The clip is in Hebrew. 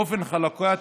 אופן חלוקת